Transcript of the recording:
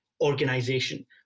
organization